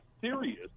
serious